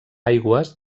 aigües